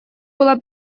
была